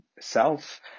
self